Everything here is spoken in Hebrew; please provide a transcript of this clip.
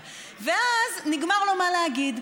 ואז נגמר לו מה להגיד.